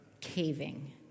caving